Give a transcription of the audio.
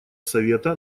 совета